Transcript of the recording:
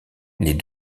les